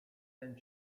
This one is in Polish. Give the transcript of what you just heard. ten